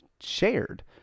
shared